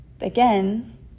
Again